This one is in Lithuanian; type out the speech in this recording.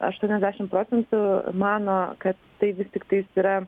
aštuoniasdešim procentų mano kad tai vis tiktais yra